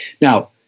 Now